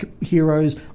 heroes